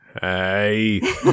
Hey